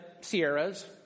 sierras